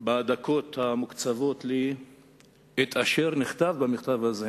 בדקות המוקצבות לי את אשר נכתב במכתב הזה.